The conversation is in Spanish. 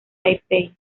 taipei